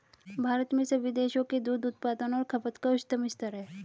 भारत में सभी देशों के दूध उत्पादन और खपत का उच्चतम स्तर है